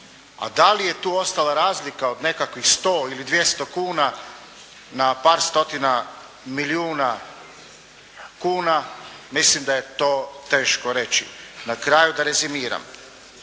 A da li je tu ostala razlika od nekakvih 100 ili 200 kuna na par stotina milijuna kuna mislim da je to teško reći. Na kraju da rezimiram.